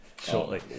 shortly